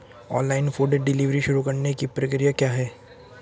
Online food delivery शुरू करने की प्रक्रिया क्या है?